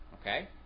Okay